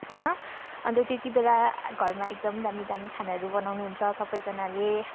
होइन अन्त त्यति बेला घरमा एकदम दामी दामी खानाहरू बनाउनुहुन्छ सबैजनाले